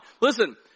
Listen